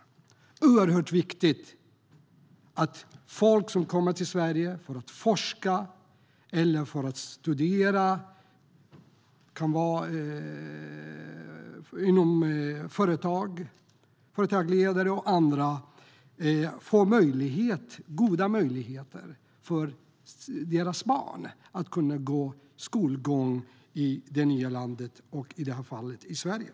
Det är oerhört viktigt att barn till personer som kommer till Sverige för att forska eller för att studera - det kan också vara företagsledare och andra - får goda möjligheter att gå i skolan i det nya landet. I det här fallet är det Sverige.